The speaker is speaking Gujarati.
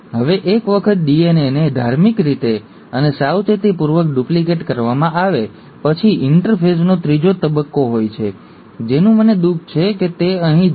હવે એક વખત ડીએનએને ધાર્મિક રીતે અને સાવચેતીપૂર્વક ડુપ્લિકેટ કરવામાં આવે પછી ઇન્ટરફેઝનો ત્રીજો તબક્કો હોય છે જેનું મને દુખ છે કે તે અહીં G 2 તબક્કો હોવો જોઈએ